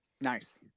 nice